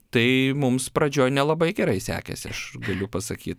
tai mums pradžioj nelabai gerai sekėsi aš galiu pasakyt